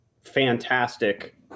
fantastic